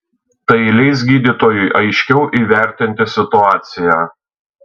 tai leis gydytojui aiškiau įvertinti situaciją